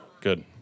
Good